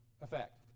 effect